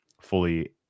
fully